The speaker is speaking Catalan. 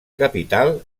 capital